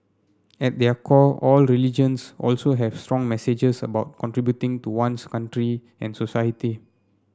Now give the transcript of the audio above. at their core all religions also have strong messages about contributing to one's country and society